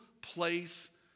place